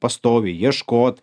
pastoviai ieškot